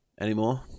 anymore